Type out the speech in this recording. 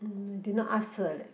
mm I did not ask her leh